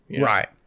Right